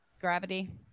Gravity